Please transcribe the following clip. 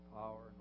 power